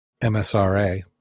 MSRA